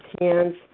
hands